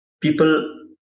people